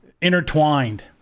intertwined